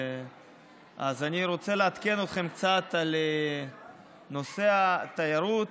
אז אני רוצה לעדכן אתכם קצת בנושא התיירות.